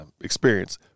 experience